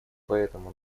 поэтому